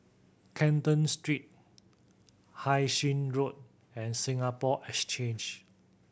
Canton Street Hai Sing Road and Singapore Exchange